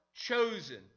Chosen